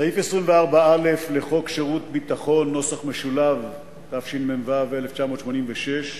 סעיף 24א לחוק שירות ביטחון , התשמ"ו 1986,